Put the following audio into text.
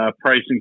pricing